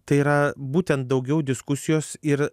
tai yra būtent daugiau diskusijos ir